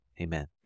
Amen